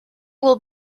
will